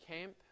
camp